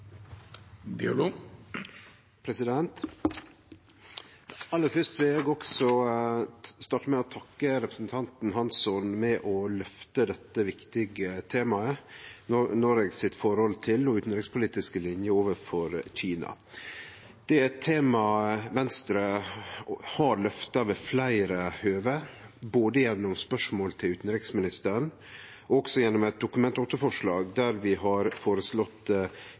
Aller fyrst vil eg også starte med å takke representanten Hansson for å løfte dette viktige temaet – Noregs forhold til og utanrikspolitiske linje overfor Kina. Det er eit tema Venstre har løfta ved fleire høve, både gjennom spørsmål til utanriksministeren og også gjennom eit Dokument 8-forslag, der vi har